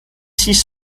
six